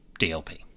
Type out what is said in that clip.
DLP